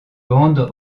bandes